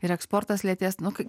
ir eksportas lėtės snukis